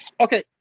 Okay